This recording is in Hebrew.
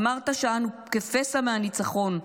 אמרת שאנו כפסע מהניצחון,